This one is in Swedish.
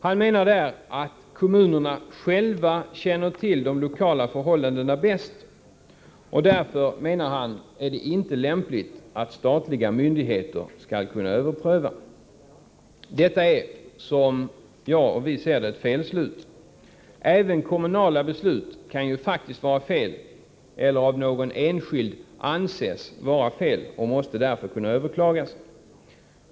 Han menar där att kommunerna själva känner till de lokala förhållandena bäst, och därför är det inte lämpligt att statliga myndigheter skall kunna överpröva. Detta är, som vi ser det, ett felslut. Även kommunala beslut kan faktiskt vara fel, eller av någon enskild anses vara fel. De måste därför kunna överklagas.